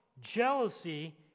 Jealousy